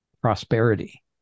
prosperity